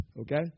Okay